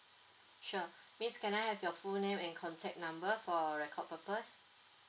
sure miss can I have your full name and contact number for record purpose